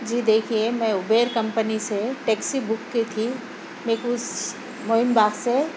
جی دیکھئے میں Uber company سے ٹیکسی بک کی تھی میرے کو اس معین باغ سے